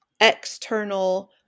external